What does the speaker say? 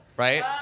Right